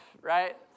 right